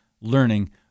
learning